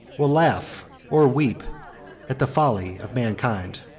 will laugh or weep at the folly of mankind.